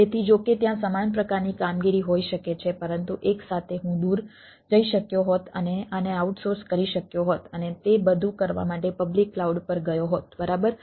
તેથી જો કે ત્યાં સમાન પ્રકારની કામગીરી હોઈ શકે છે પરંતુ એક સાથે હું દૂર જઈ શક્યો હોત અને આને આઉટસોર્સ કરી શક્યો હોત અને તે બધુ કરવા માટે પબ્લિક ક્લાઉડ પર ગયો હોત બરાબર